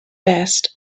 best